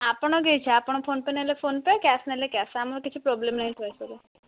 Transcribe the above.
ଆପଣଙ୍କ ଇଚ୍ଛା ଆପଣ ଫୋନ୍ପେ ନେଲେ ଫୋନ୍ପେ ଆପଣ କ୍ୟାସ୍ ନେଲେ କ୍ୟାସ୍ ଆମର କିଛି ପ୍ରୋବ୍ଲେମ୍ ନାହିଁ ପଇସାରେ